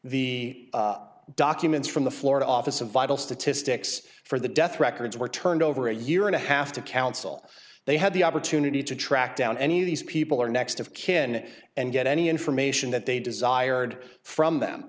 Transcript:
the documents from the florida office of vital statistics for the death records were turned over a year and a half to counsel they had the opportunity to track down any of these people or next of kin and get any information that they desired from them